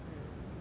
mm